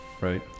Right